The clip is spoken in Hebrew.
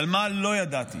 אבל מה לא ידעתי